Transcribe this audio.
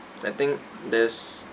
I think there's